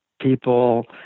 people